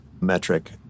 metric